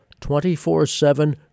24-7